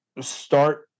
start